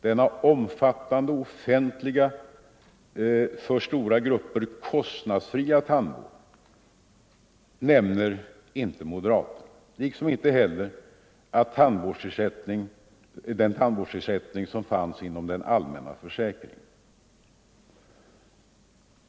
Denna omfattande offentliga, för stora grupper kostnadsfria, tandvård nämner inte moderaterna. Inte heller nämner de den tandvårdsersättning som fanns inom den allmänna försäkringen.